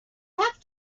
have